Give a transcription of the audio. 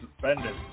suspended